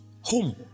Home